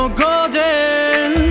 golden